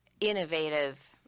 innovative